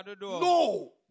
No